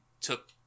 took